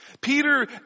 Peter